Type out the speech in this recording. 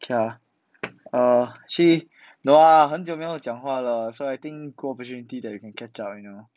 okay lah err actually no lah 很久没有讲话了 so I think gold opportunity that we can catch up you know